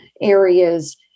areas